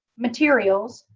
materials,